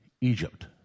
Egypt